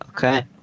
okay